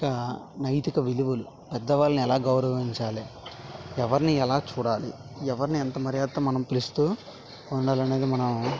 ఇంకా నైతిక విలువలు పెద్దవాళ్ళని ఎలా గౌరవించాలి ఎవరిని ఎలా చూడాలి ఎవరిని ఎంత మర్యాదతో మనం పిలుస్తు ఉండాలి అనేది మనం